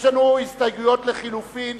יש לנו הסתייגויות לחלופין.